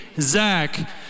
Zach